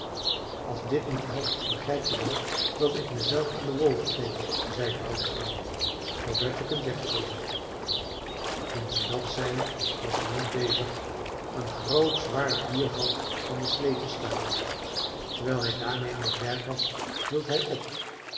als dit niet helpt begrijp je wel dat ik me zelf aan de wolven geef zei de oude vrouw zoodat je kunt wegkomen toen ze dat zei was de man bezig een groot zwaar biervat van de sleê te schuiven terwijl hij daarmeê aan t werk was hield hij op